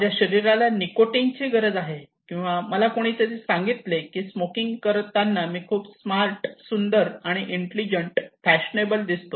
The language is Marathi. माझ्या शरीराला निकोटीन ची गरज आहे किंवा मला कोणीतरी सांगितले की स्मोकिंग करताना मी खूप स्मार्ट सुंदर आणि इंटेलिजंट फॅशनेबल दिसतो